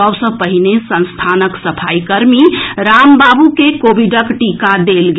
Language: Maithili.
सभ सँ पहिने संस्थानक सफाईकर्मी राम बाबू के कोविडक टीका देल गेल